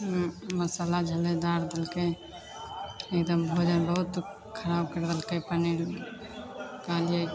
मसाला झलगदार देलकै एकदम भोजन बहुत खराब करि देलकै पनीर कहलिए